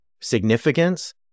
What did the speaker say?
significance